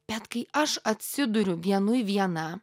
bet kai aš atsiduriu vienui viena